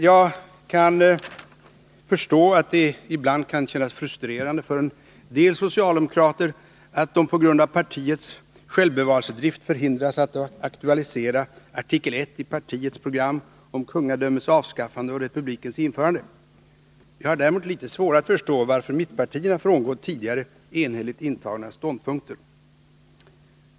Jag kan förstå att det ibland kan kännas frustrerande för en del socialdemokrater att de på grund av partiets självbevarelsedrift förhindras att aktualisera artikel 1 i partiets program om kungadömets avskaffande och republikens införande. Jag har däremot litet svårare att förstå varför mittpartierna frångått tidigare enhälligt intagna ståndpunkter.